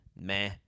meh